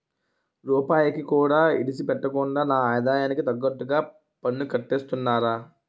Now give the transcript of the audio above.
రూపాయికి కూడా ఇడిసిపెట్టకుండా నా ఆదాయానికి తగ్గట్టుగా పన్నుకట్టేస్తున్నారా